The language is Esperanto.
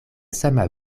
sama